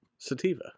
sativa